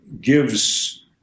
gives